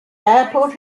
airport